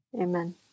Amen